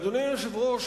אדוני היושב-ראש,